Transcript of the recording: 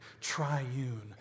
triune